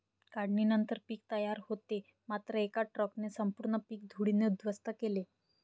काढणीनंतर पीक तयार होते मात्र एका ट्रकने संपूर्ण पीक धुळीने उद्ध्वस्त केले